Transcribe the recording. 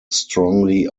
strongly